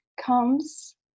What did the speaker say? comes